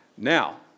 Now